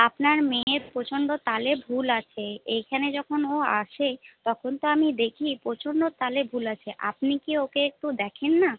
আপনার মেয়ের প্রচন্ড তালে ভুল আছে এইখানে যখন ও আসে তখন তো আমি দেখি প্রচন্ড তালে ভুল আছে আপনি কি ওকে একটু দেখেন না